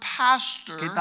pastor